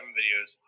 videos